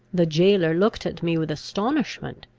the jailor looked at me with astonishment,